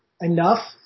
enough